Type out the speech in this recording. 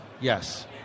Yes